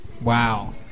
wow